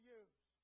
use